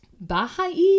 Baha'i